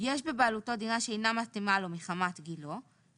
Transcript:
יש בבעלותו דירה שאינה מתאימה לו מחמת גילו,